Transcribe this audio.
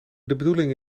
bedoeling